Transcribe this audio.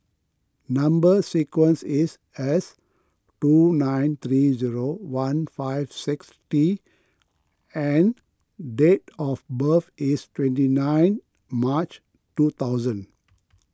Number Sequence is S two nine three zero one five six T and date of birth is twenty nine March two thousand